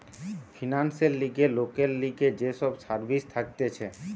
ফিন্যান্সের লিগে লোকের লিগে যে সব সার্ভিস থাকতিছে